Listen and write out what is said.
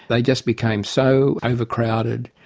they just became so overcrowded,